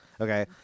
okay